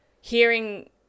hearing